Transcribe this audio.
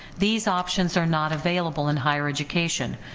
these options are not available in higher education.